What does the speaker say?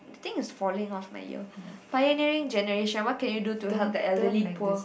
I think is falling off my ear pioneering generation what can you do to help the elderly poor